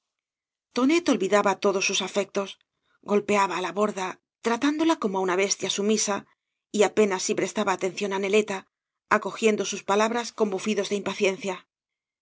tonet olvidaba todos sus afectos golpeaba á la borda tratándola como á una bestia sumisa y apenas si prestaba atención á neleta acogiendo sus palabras con bufidos de impaciencia